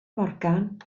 morgan